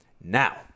Now